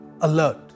alert